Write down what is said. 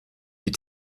die